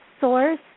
source